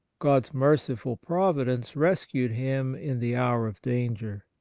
god's merciful providence rescued him in the hour of danger.